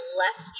less